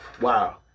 wow